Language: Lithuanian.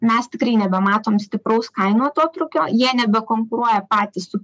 mes tikrai nebematom stipraus kainų atotrūkio jie nebekonkuruoja patys su